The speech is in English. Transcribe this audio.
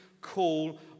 call